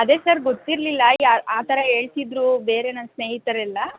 ಅದೇ ಸರ್ ಗೊತ್ತಿರಲಿಲ್ಲ ಯಾ ಆ ಥರ ಹೇಳ್ತಿದ್ರು ಬೇರೆ ನನ್ನ ಸ್ನೇಹಿತರೆಲ್ಲ